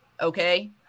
okay